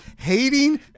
hating